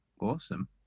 Awesome